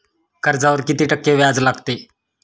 कर्जावर किती टक्के व्याज लागते?